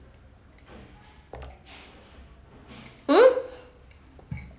mm